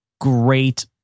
great